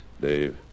Dave